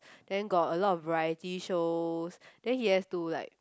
then got a lot variety shows then he have to like